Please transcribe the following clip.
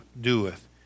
doeth